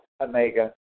Omega